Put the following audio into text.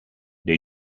dei